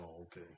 okay